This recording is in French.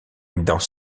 dans